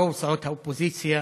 רוב סיעות האופוזיציה,